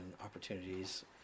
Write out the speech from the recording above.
opportunities